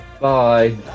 bye